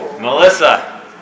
Melissa